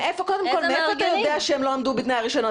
מאיפה אתה יודע שהם לא עמדו בתנאי הרישיון.